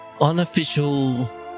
unofficial